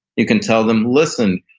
you can tell them, listen,